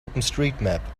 openstreetmap